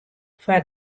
foar